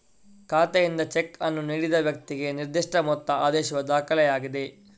ಖಾತೆಯಿಂದ ಚೆಕ್ ಅನ್ನು ನೀಡಿದ ವ್ಯಕ್ತಿಗೆ ನಿರ್ದಿಷ್ಟ ಮೊತ್ತ ಆದೇಶಿಸುವ ದಾಖಲೆಯಾಗಿದೆ